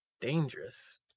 Dangerous